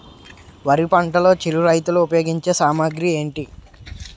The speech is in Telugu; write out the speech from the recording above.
వరి పంటలో చిరు రైతులు ఉపయోగించే సామాగ్రి ఏంటి?